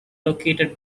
located